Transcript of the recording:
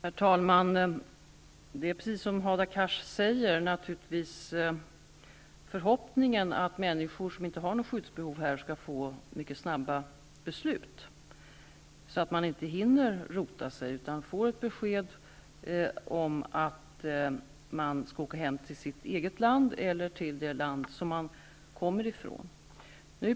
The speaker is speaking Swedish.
Herr talman! Förhoppningen är naturligtvis, precis som Hadar Cars säger, att människor som inte har skyddsbehov skall omfattas av mycket snabba beslut, så att de inte hinner rota sig. I stället skall de få ett beslut om att de skall åka tillbaka till det egna landet eller till det land som de kommit från.